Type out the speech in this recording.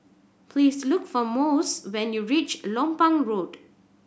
please look for Mossie when you reach Lompang Road